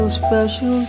special